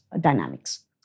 dynamics